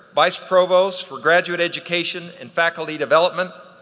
vice provost for graduate education and faculty development,